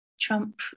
Trump